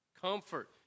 Comfort